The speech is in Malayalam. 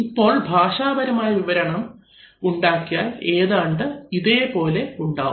ഇപ്പോൾ ഭാഷാപരമായ വിവരണം ഉണ്ടാക്കിയാൽ ഏതാണ്ട് ഇതേപോലെ ഉണ്ടാവും